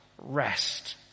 rest